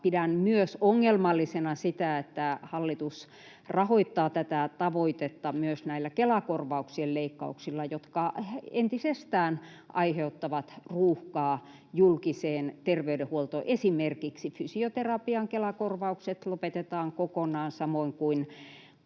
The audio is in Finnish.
pidän myös ongelmallisena sitä, että hallitus rahoittaa tätä tavoitetta myös näillä Kela-korvauksien leikkauksilla, jotka entisestään aiheuttavat ruuhkaa julkiseen terveydenhuoltoon. Esimerkiksi fysioterapian Kela-korvaukset lopetetaan kokonaan samoin kuin